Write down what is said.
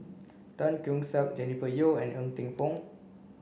Tan Keong Saik Jennifer Yeo and Ng Teng Fong